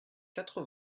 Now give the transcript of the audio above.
quatre